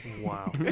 wow